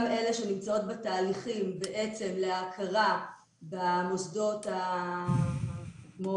גם אלה שנמצאות בתהליכים להכרה במוסדות הממשלתיים כמו